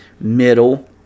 middle